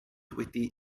wedi